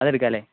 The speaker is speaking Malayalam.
അതെടുക്കാമല്ലെ